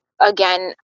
again